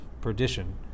perdition